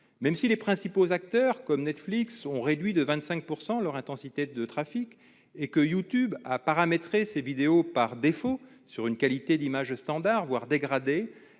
Même si les principaux acteurs, comme Netflix, ont réduit de 25 % l'intensité de trafic et si YouTube a paramétré ses vidéos, par défaut, sur une qualité d'image standard, voire dégradée,